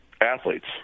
athletes